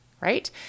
Right